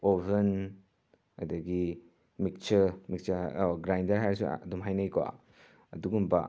oven ꯑꯗꯒꯤ mixer mixer grinder ꯍꯥꯏꯔꯁꯨ ꯑꯗꯨꯝ ꯍꯥꯏꯅꯩꯀꯣ ꯑꯗꯨꯒꯨꯝꯕ